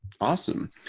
Awesome